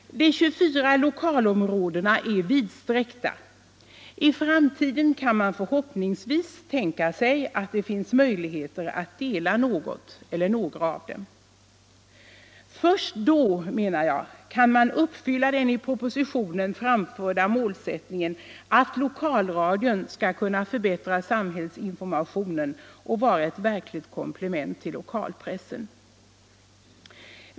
De 24 lokalradioområdena är vidsträckta. I framtiden kan man förhoppningsvis tänka sig att det finns möjligheter att dela något eller några av dem. Först då, menar jag, kan man uppfylla den i propositionen framförda målsättningen att lokalradion skall kunna förbättra samhällsinformationen och vara ett verkligt komplement till lokalpressen.